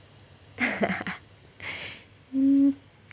hmm